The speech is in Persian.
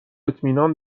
اطمینان